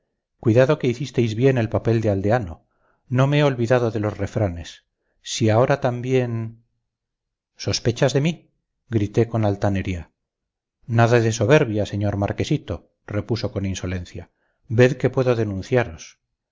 cuidado que hicisteis bien el papel de aldeano no me he olvidado de los refranes si ahora también sospechas de mí grité con altanería nada de soberbia señor marquesito repuso con insolencia ved que puedo denunciaros